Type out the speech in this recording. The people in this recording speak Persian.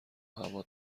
هوا